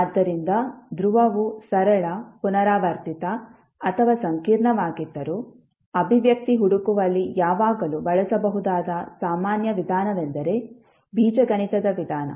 ಆದ್ದರಿಂದ ಧ್ರುವವು ಸರಳ ಪುನರಾವರ್ತಿತ ಅಥವಾ ಸಂಕೀರ್ಣವಾಗಿದ್ದರೂ ಅಭಿವ್ಯಕ್ತಿ ಹುಡುಕುವಲ್ಲಿ ಯಾವಾಗಲೂ ಬಳಸಬಹುದಾದ ಸಾಮಾನ್ಯ ವಿಧಾನವೆಂದರೆ ಬೀಜಗಣಿತದ ವಿಧಾನ